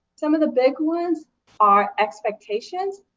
some of the big ones are expectations,